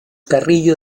carrillo